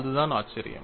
அதுதான் ஆச்சரியம்